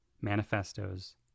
manifestos